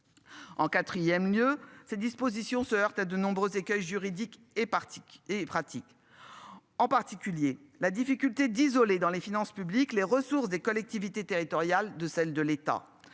En 4ème lieu, ces dispositions se heurte à de nombreux écueils juridiques est parti est pratique. En particulier la difficulté d'isoler dans les finances publiques, les ressources des collectivités territoriales de celle de l'État,